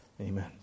Amen